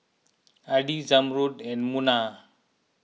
Adi Zamrud and Munah